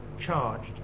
charged